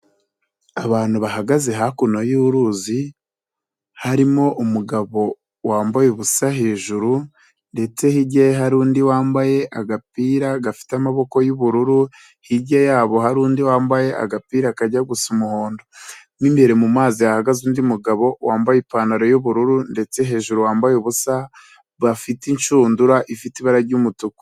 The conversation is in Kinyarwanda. Abantu bahagaze hakuno y'uruzi harimo umugabo wambaye ubusa hejuru ndetse hirya ye hari undi wambaye agapira gafite amaboko y'ubururu, hirya yabo hari undi wambaye agapira kajya gusa umuhondo, mu imbere mu mazi hahagaze undi mugabo wambaye ipantaro y'ubururu ndetse hejuru wambaye ubusa, bafite inshundura ifite ibara ry'umutuku.